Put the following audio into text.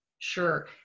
Sure